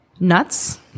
Nuts